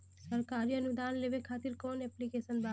सरकारी अनुदान लेबे खातिर कवन ऐप्लिकेशन बा?